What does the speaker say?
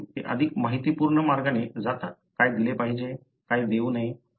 म्हणून ते अधिक माहितीपूर्ण मार्गाने जातात काय दिले पाहिजे काय देऊ नये